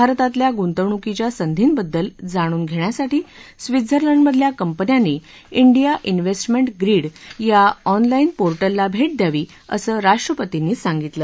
भारतातल्या गुंतवणूकीच्या संधींबद्दल जाणून घेण्यासाठी स्वित्झर्लंडमधल्या कंपन्यांनी डिया उिव्हेस्टमेंट प्रिड या ऑनलाईन पोर्टलला भेट द्यावी असं राष्ट्रपतींनी सांगितलं